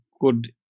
good